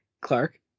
Clark